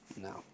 No